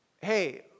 hey